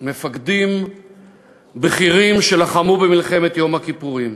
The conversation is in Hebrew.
מפקדים בכירים שלחמו במלחמת יום הכיפורים.